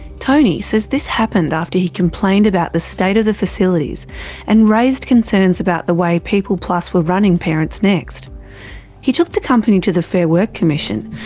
tony says this happened after he complained about the state of the facilities and raised concerns about the way peopleplus were running parentsnext. he took the company to the fairwork commission,